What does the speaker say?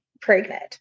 pregnant